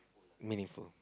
meaningful